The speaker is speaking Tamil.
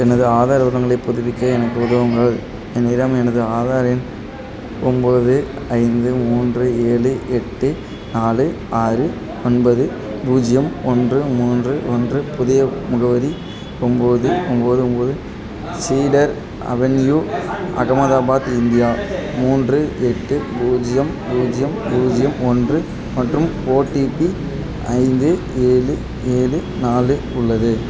எனது ஆதார் விவரங்களை புதுப்பிக்க எனக்கு உதவுங்கள் என்னிடம் எனது ஆதார் எண் ஒம்போது ஐந்து மூன்று ஏழு எட்டு நாலு ஆறு ஒன்பது பூஜ்ஜியம் ஒன்று மூன்று ஒன்று புதிய முகவரி ஒம்போது ஒம்போது ஒம்போது சீடர் அவென்யூ அகமதாபாத் இந்தியா மூன்று எட்டு பூஜ்ஜியம் பூஜ்ஜியம் பூஜ்ஜியம் ஒன்று மற்றும் ஓடிபி ஐந்து ஏழு ஏழு நாலு உள்ளது